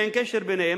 אין קשר ביניהם,